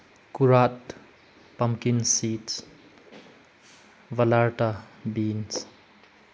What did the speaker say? ꯀꯨꯔꯥꯠ ꯄꯝꯀꯤꯟ ꯁꯤꯠꯁ ꯚꯂꯥꯔꯇꯥ ꯕꯤꯟꯁ